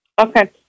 Okay